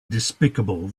despicable